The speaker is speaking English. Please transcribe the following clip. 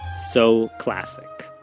so classic.